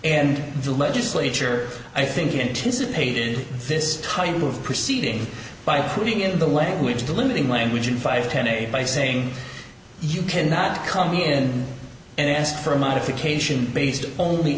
and the legislature i think anticipated this type of proceeding by putting in the language the limiting language in five ten eight by saying you cannot come in and ask for a modification based only